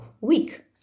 week